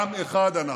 עם אחד אנחנו.